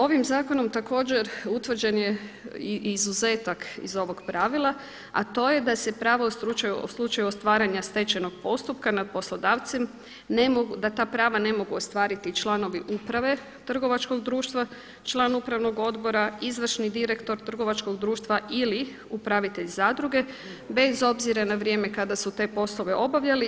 Ovim zakonom također utvrđen je i izuzetak iz ovog pravila a to je da se pravo u slučaju ostvarenja stečajnog postupka nad poslodavcem ne mogu, da ta prava ne mogu ostvariti članovi uprave trgovačkog društva, član upravnog odbora, izvršni direktor trgovačkog društva ili upravitelj zadruge bez obzira na vrijeme kada su te poslove obavljali.